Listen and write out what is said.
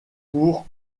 pour